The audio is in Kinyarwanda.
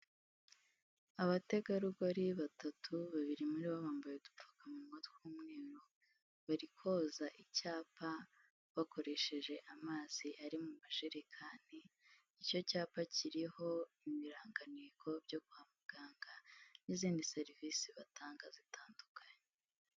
Abategarugori batatu, babiri muri bo bambaye udupfukamunwa tw'umweru bari koza icyapa bakoresheje amazi ari mu majerekani, icyo cyapa kiriho ibirangantego byo kwa muganga n'izindi serivisi batanga zitandukanye.